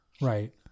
Right